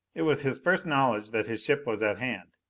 it was his first knowledge that his ship was at hand.